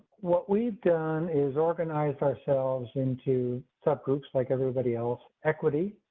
what we've done is organize ourselves into subgroups like everybody else equity.